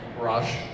rush